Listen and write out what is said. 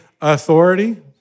authority